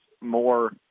more